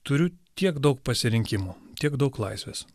turiu tiek daug pasirinkimų tiek daug laisvės